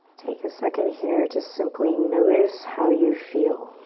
take a second here to simply notice how you feel.